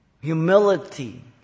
humility